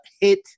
hit